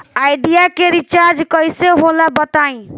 Idea के recharge कइसे होला बताई?